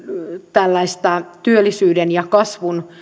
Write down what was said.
tällaista työllisyyden ja kasvun